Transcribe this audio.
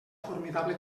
formidable